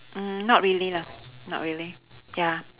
mm not really lah not really ya